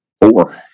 Four